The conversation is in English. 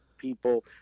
people